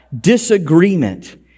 disagreement